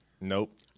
Nope